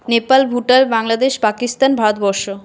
Nepal Bhutan Bangladesh Pakistan Bharatvarsha